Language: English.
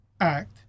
Act